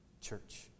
Church